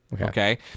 Okay